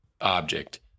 object